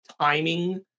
timing